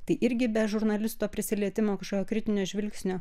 tai irgi be žurnalisto prisilietimo kažkokio kritinio žvilgsnio